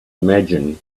imagine